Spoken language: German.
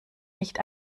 nicht